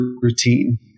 routine